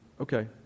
okay